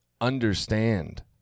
understand